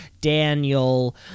Daniel